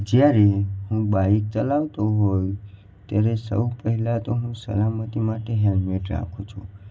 જયારે હું બાઈક ચલાવતો હોય ત્યારે સૌ પેહલાં તો હું સલામતી માટે હેલ્મેટ રાખું છું